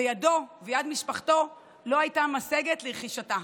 וידו ויד משפחתו לא הייתה משגת לרכישתה.